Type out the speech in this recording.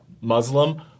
Muslim